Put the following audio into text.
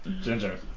Ginger